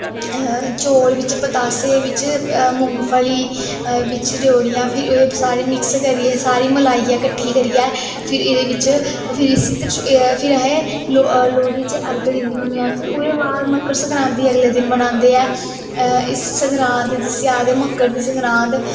चौल बिच्च पतासे बिच्च मुगफली बिच्च रयौड़ियां सारे मिक्स करियै सारी मलाइयै कट्ठी करियै फिर एह्दे बिच्च फिर इस त्रचौली फिर अस लोह्ड़ी च अर्घ दिन्ने होन्ने आं फिर ओह्दे बाद मक्कर संकरांती अगले दिन मनांदे ऐ संकरांत जिसी आखदे मकर दी संकरांत